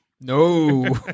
No